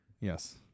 yes